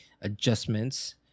adjustments